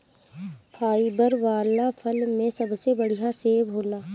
fibre वाला फल में सबसे बढ़िया सेव होला